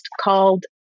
called